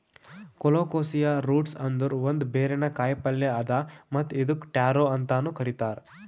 colocasia roots ಅಂದುರ್ ಒಂದ್ ಬೇರಿನ ಕಾಯಿಪಲ್ಯ್ ಅದಾ ಮತ್ತ್ ಇದುಕ್ ಟ್ಯಾರೋ ಅಂತನು ಕರಿತಾರ್